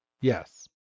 Yes